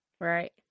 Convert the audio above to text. Right